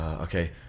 okay